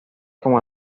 como